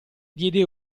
diede